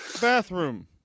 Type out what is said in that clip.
bathroom